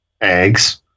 eggs